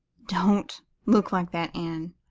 don't look like that, anne.